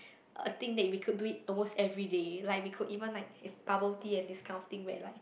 a thing that we could do it almost everyday like we could even like if bubble tea and this kind of where like